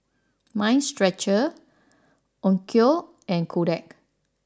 Mind Stretcher Onkyo and Kodak